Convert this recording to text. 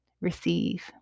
receive